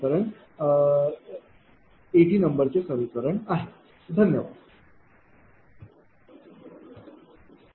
तर Vm212bjjb2jj 4cjj1212 हे समीकरण 80 आहे